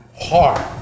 hard